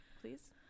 Please